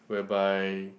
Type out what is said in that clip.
whereby